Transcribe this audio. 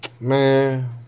man